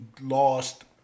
lost